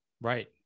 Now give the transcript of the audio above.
Right